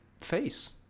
face